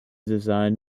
design